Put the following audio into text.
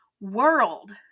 world